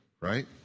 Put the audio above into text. right